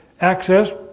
access